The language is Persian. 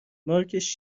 مارکش